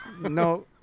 No